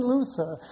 Luther